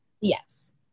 yes